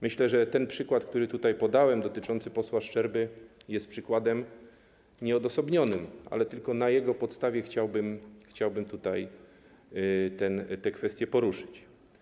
Myślę, że ten przykład, który tutaj podałem, dotyczący posła Szczerby, jest przykładem nieodosobnionym, ale tylko na jego podstawie chciałbym tutaj tę kwestię poruszyć.